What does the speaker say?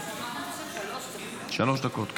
שלוש דקות?